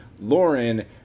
Lauren